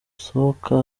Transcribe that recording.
usohoka